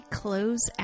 close